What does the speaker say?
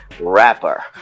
rapper